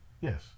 Yes